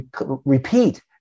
repeat